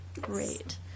Great